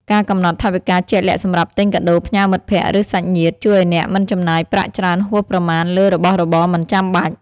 ការកំណត់ថវិកាជាក់លាក់សម្រាប់ទិញកាដូផ្ញើមិត្តភក្តិ ឬ សាច់ញាតិ ជួយឱ្យអ្នកមិនចំណាយប្រាក់ច្រើនហួសប្រមាណលើរបស់របរមិនចាំបាច់។